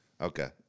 Okay